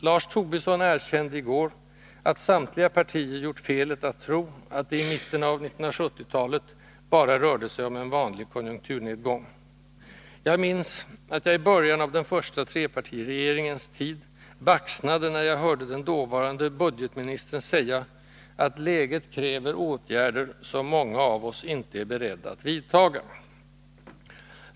Lars Tobisson erkände i går att samtliga partier gjort felet att tro att det i mitten av 1970-talet bara rörde sig om en vanlig konjunkturnedgång. Jag minns att jag i början av den första trepartiregeringens tid baxnade när jag hörde den dåvarande budgetministern säga att läget kräver åtgärder, som många av oss inte är beredda att vidta.